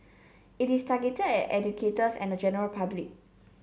it is targeted at educators and general public